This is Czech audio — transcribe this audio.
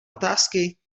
otázky